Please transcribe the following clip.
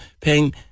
paying